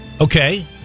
okay